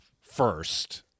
first